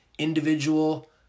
Individual